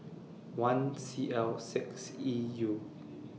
one C L six E U